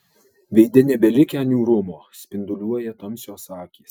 veide nebelikę niūrumo spinduliuoja tamsios akys